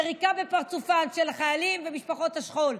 יריקה בפרצופם של חיילים ומשפחות השכול.